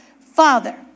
Father